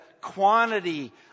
quantity